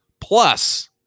Plus